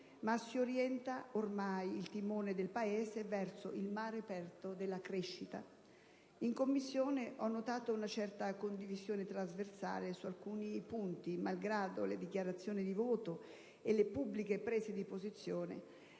ma si orienta ormai il timone del Paese verso il mare aperto della crescita. In Commissione ho notato una certa condivisione trasversale su alcuni punti, malgrado le dichiarazioni di voto e le pubbliche prese di posizione;